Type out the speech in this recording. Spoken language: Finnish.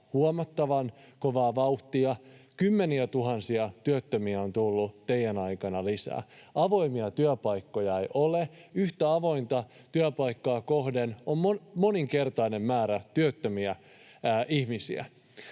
huomattavan kovaa vauhtia, kymmeniätuhansia työttömiä on tullut teidän aikananne lisää, avoimia työpaikkoja ei ole. Yhtä avointa työpaikkaa kohden on moninkertainen määrä työttömiä ihmisiä.